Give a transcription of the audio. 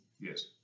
Yes